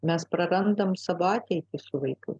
mes prarandam savo ateitį su vaiku